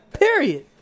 Period